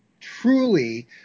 truly